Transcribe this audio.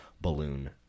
balloon